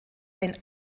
ein